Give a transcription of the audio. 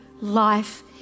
life